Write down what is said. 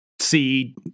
see